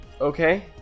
Okay